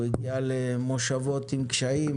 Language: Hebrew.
הוא הגיע למושבות עם קשיים,